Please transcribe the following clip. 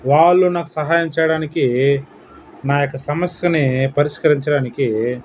వాళ్ళు నాకు సహాయం చేయడానికి నా యొక్క సమస్యని పరిష్కరించడానికి